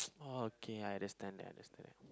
oh okay I understand that I understand